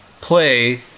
play